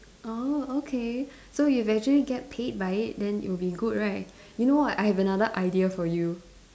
oh okay so if you actually get paid by it then it will be good right you know what I have another idea for you